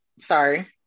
sorry